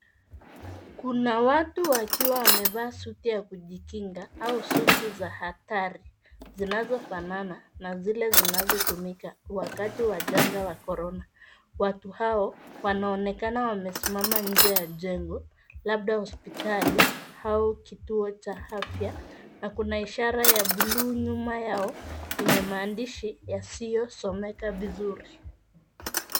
Kuna watu wakiwa wamevaa suti ya kujikinga au suti za hatari, zinazofanana na zile zinazotumika wakati wa janga la corona. Watu hao, wanaonekana wamesimama nje ya jengo labda hospitali au kituo cha afya, na kuna ishara ya buluu nyuma yao yenye maandishi yasiyosomeka vizuri.